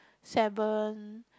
seven